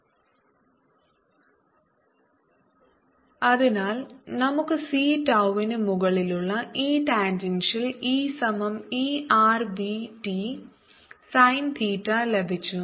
ErEttan cτd dvtsin θ dvtsin ErEtcτvtsin EtErvtsin cτ slide സമയം കാണുക 0401 അതിനാൽ നമുക്ക് c tau വിന് മുകളിലുള്ള E ടാൻജൻഷ്യൽ E സമം E r v t sine theta ലഭിച്ചു